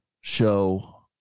show